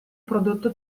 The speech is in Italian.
prodotto